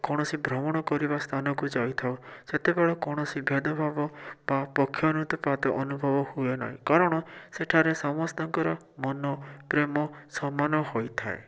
କୌଣସି ଭ୍ରମଣ କରିବା ସ୍ଥାନକୁ ଯାଇଥାଉ ସେତେବେଳେ କୌଣସି ଭେଦଭାବ ବା ପକ୍ଷାନୁତିପାତ ଅନୁଭବ ହୁଏ ନାହିଁ କାରଣ ସେଠାରେ ସମସ୍ତଙ୍କର ମନ ପ୍ରେମ ସମାନ ହୋଇଥାଏ